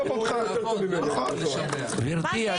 גברתי,